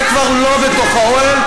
זה כבר לא בתוך האוהל,